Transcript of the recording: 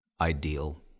ideal